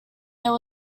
there